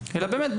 אלא באמת,